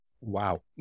Wow